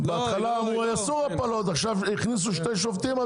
בהתחלה אמרו יעשו הפלות ועכשיו הכניסו שני שופטים,